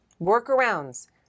Workarounds